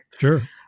Sure